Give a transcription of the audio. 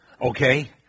okay